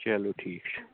چلو ٹھیٖک چھُ